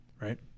right